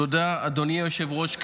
תודה, אדוני היושב-ראש.